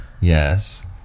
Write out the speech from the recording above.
Yes